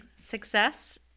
success